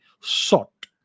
sought